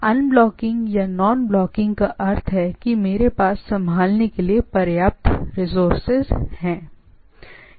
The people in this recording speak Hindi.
अनब्लॉकिंग या नॉनब्लॉकिंग का अर्थ है कि मेरे पास संभालने के लिए पर्याप्त रिसोर्से हैं कि हम इसे देखेंगे